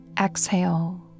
Exhale